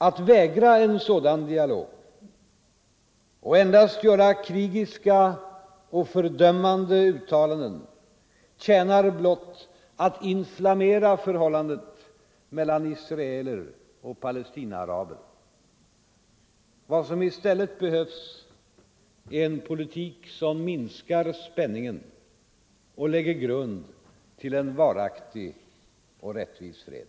Att vägra en sådan dialog och endast göra krigiska och fördömande uttalanden tjänar blott att inflammera förhållandet mellan israeler och palestinaaraber, vad som i stället behövs är en politik som minskar spänningen och lägger grund till en varaktig och rättvis fred.